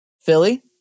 Philly